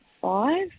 five